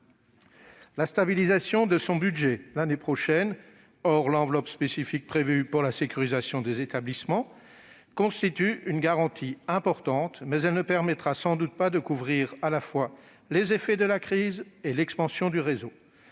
La stabilisation du budget consacré à ce réseau l'année prochaine- hors l'enveloppe spécifique prévue pour la sécurisation des établissements -constitue une garantie importante, mais elle ne permettra sans doute pas de couvrir à la fois les effets de la crise et l'expansion du réseau.